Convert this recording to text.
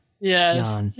Yes